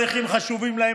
הנכים חשובים להם,